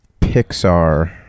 Pixar